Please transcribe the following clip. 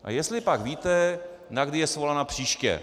A jestlipak víte, na kdy je svolaná příště?